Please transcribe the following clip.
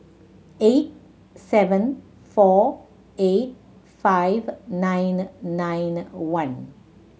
eight seven four eight five nine nine one